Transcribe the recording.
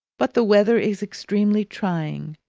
but the weather is extremely trying,